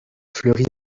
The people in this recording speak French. fleurit